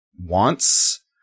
wants